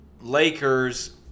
Lakers